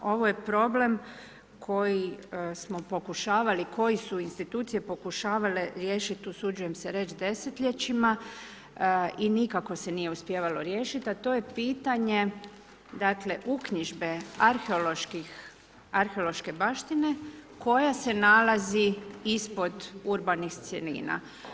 Ovo je problem koji smo pokušavali, koji su institucije pokušavale riješiti, usuđujem se reći desetljećima i nikako se nije uspijevalo riješiti, a to je pitanje dakle, uknjižbe arheološke baštine koja se nalazi ispod urbanih cjelina.